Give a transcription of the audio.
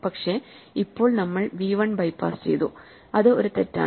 പക്ഷേ ഇപ്പോൾ നമ്മൾ v 1 ബൈപാസ് ചെയ്തു അത് ഒരു തെറ്റാണ്